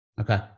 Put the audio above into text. Okay